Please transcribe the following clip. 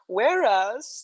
Whereas